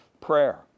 prayer